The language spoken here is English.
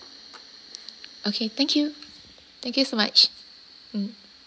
okay thank you thank you so much mm